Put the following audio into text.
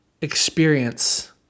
experience